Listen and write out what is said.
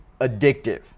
addictive